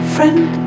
Friend